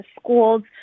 schools